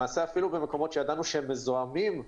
למעשה אפילו במקומות שידענו שהם מזוהמים,